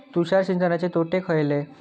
तुषार सिंचनाचे तोटे खयले?